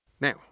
Now